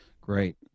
Great